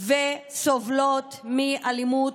וסובלות מאלימות,